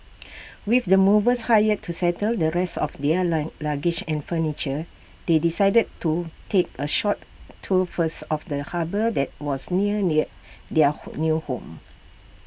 with the movers hired to settle the rest of their long luggage and furniture they decided to take A short tour first of the harbour that was near their their home new home